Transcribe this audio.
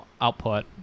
output